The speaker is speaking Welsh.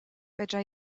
fedra